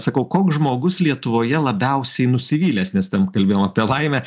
sakau koks žmogus lietuvoje labiausiai nusivylęs nes ten kalbėjom apie laimę